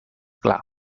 clar